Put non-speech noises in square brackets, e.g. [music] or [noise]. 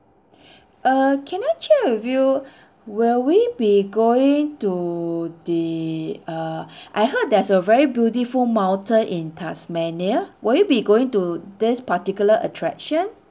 err can I check with you [breath] will we be going to the uh I heard there's a very beautiful mountain in tasmania will you be going to this particular attraction